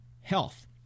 health